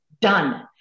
done